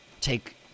Take